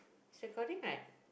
she calling like